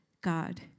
God